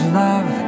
love